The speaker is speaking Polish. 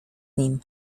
nim